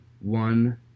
one